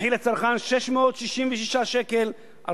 המחיר לצרכן 666 שקלים,